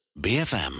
BFM